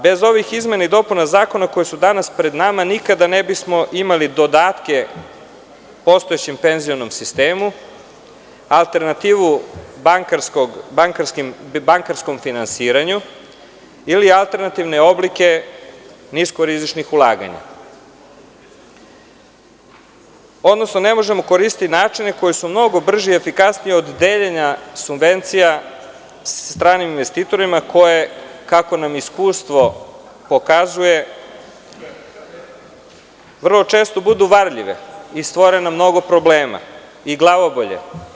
Bez ovih izmena i dopuna zakona, koji su danas pred nama, nikada ne bismo imali dodatke postojećem penzionom sistemu, alternativu bankarskom finansiranju ili alternativne oblike nisko-rizičnih ulaganja, odnosno ne možemo koristiti načine koji su mnogo brži i efikasniji od deljenja subvencija stranim investitorima koje, kako nam iskustvo pokazuje, vrlo često budu varljive i stvore nam mnogi problema i glavobolje.